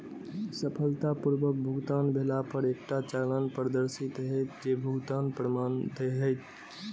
सफलतापूर्वक भुगतान भेला पर एकटा चालान प्रदर्शित हैत, जे भुगतानक प्रमाण हैत